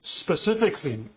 specifically